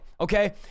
okay